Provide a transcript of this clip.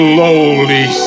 lowly